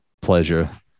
pleasure